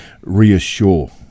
Reassure